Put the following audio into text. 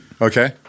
Okay